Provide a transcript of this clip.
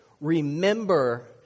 Remember